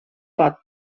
pot